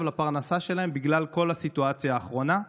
לפרנסה שלהן בגלל כל הסיטואציה האחרונה.